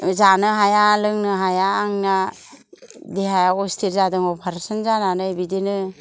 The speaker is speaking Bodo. जानो हाया लोंनो हाया आंना देहायाबो अस्थिर जादों अफारेसन जानानै बिदिनो